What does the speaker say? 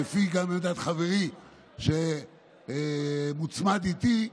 גם לדעת חברי שמוצמד איתי,